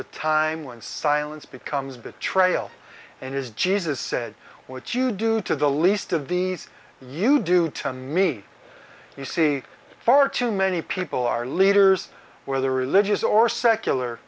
a time when silence becomes betrayal and is jesus said what you do to the least of these you do to me you see far too many people our leaders whether religious or secular